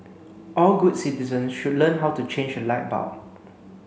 all good citizen should learn how to change a light bulb